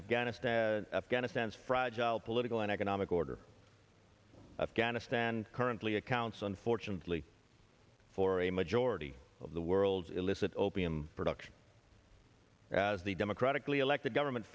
afghanistan afghanistan's fragile political and economic order afghanistan currently accounts unfortunately for a majority of the world's illicit opium production as the democratically elected government